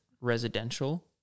residential